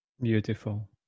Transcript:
Beautiful